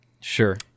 Sure